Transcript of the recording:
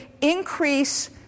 increase